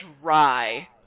dry